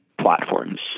platforms